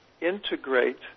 integrate